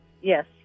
Yes